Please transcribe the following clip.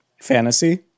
fantasy